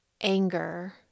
anger